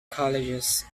colleges